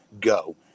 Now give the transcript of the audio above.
go